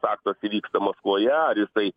aktas įvyksta maskvoje ar jisai